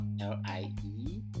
L-I-E